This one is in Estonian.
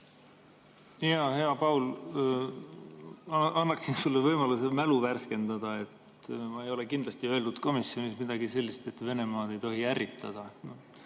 Hea Paul, annaksin sulle võimaluse mälu värskendada. Ma ei ole kindlasti öelnud komisjonis midagi sellist, et Venemaad ei tohi ärritada.